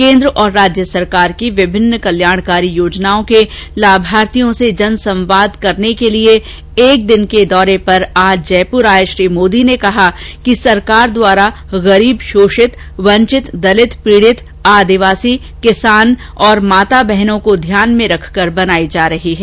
केंद्र और राज्य सरकार की विभिन्न कल्याणकारी योजनाओं के लाभार्थियों से जनसंवाद के लिए एक दिन के दौरे पर आज जयपुर आए श्री मोदी ने कहा कि सरकार द्वारा गरीब शोषित वंचित दलित पीडित आदिवासी किसान और माता बहिनों को ध्यान में रखकर नीतियां बनायी जा रही हैं